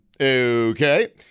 Okay